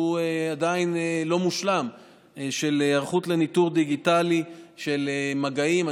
שהוא עדיין לא מושלםף של היערכות לניטור דיגיטלי של מגעים.